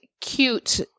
cute